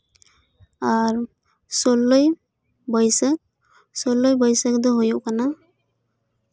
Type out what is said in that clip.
ᱟᱨ ᱥᱳᱞᱞᱳᱭ ᱵᱟᱹᱭᱥᱟᱹᱠᱷ ᱥᱳᱞᱞᱳᱭ ᱵᱟᱹᱭᱥᱟᱹᱠᱷ ᱫᱚ ᱦᱳᱭᱳᱜ ᱠᱟᱱᱟ